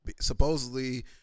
Supposedly